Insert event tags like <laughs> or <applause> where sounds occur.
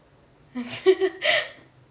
<laughs>